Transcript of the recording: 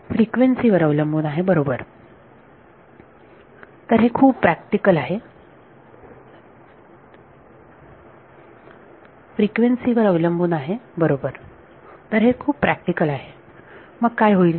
frequency वर अवलंबून आहे बरोबर तर हे खूप प्रॅक्टिकल आहे मग काय होईल